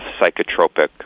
psychotropic